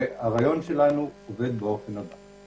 הרעיון שלנו עובד באופן הבא: